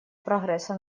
прогресса